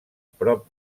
prop